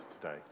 today